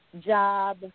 job